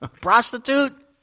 Prostitute